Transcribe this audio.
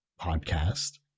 podcast